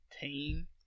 team